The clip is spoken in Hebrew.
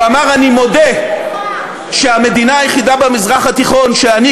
הוא אמר: אני מודה שהמדינה היחידה במזרח התיכון שאני,